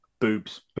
boobs